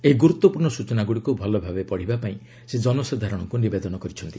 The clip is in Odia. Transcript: ଏହି ଗୁରୁତ୍ୱପୂର୍ଣ୍ଣ ସୂଚନାଗୁଡ଼ିକୁ ଭଲଭାବେ ପଢ଼ିବାପାଇଁ ସେ ଜନସାଧାରଣଙ୍କୁ ନିବେଦନ କରିଛନ୍ତି